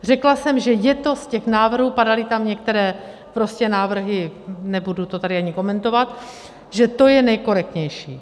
Řekla jsem, že je to, z těch návrhů, padaly tam některé prostě návrhy, nebudu to tady ani komentovat, že to je nejkorektnější.